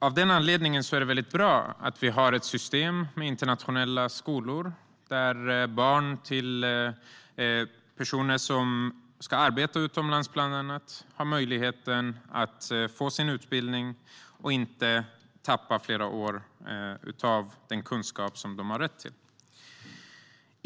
Av den anledningen är det bra att vi har ett system med internationella skolor där barn till personer som ska arbeta utomlands bland annat har möjlighet att få sin utbildning och inte förlora flera år av den kunskap som de har rätt till.